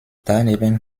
daneben